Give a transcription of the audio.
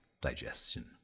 digestion